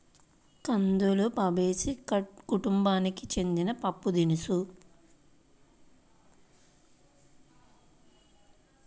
కందులు ఫాబేసి కుటుంబానికి చెందిన పప్పుదినుసు